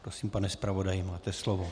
Prosím, pane zpravodaji, máte slovo.